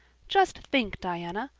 just think, diana,